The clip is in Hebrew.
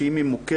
שאם היא מוכרת,